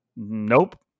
nope